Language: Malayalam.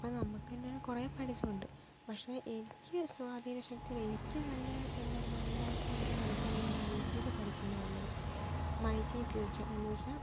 ഇപ്പം നമുക്ക് തന്നെ കുറെ പരസ്യം ഉണ്ട് പക്ഷേ എനിക്ക് സ്വാധീനിച്ച എനിക്ക് നല്ലതായിട്ട് തോന്നിയ പരസ്യം ഈ മൈജിയിലെ പരസ്യം എന്ന് പറയുന്നത് മൈ ജീ ഫ്യൂച്ചർ എന്ന് വച്ചാൽ